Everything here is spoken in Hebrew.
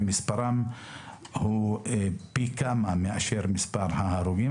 ומספרם הוא פי כמה מאשר מספר ההרוגים,